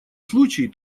случай